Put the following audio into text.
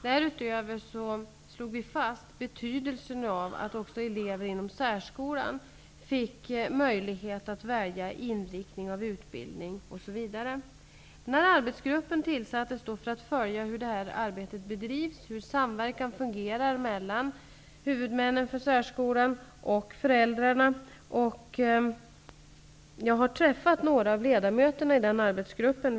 Därutöver slog vi fast betydelsen av att också elever inom särskolan får möjlighet att välja inriktning inom utbildningen, osv. Arbetsgruppen tillsattes för att den skall följa hur arbetet bedrivs och hur samverkan fungerar mellan huvudmännen för särskolan och föräldrarna. Jag har träffat några av ledamöterna i arbetsgruppen.